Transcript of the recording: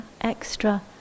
extra